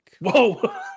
Whoa